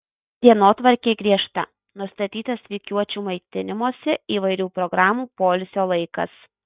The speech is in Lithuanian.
dienotvarkė griežta nustatytas rikiuočių maitinimosi įvairių programų poilsio laikas